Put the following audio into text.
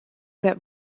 that